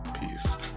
Peace